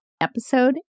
episode